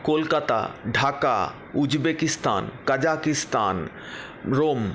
Kolkata Dhaka Uzbekistan Kazakhstan Rome